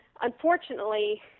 unfortunately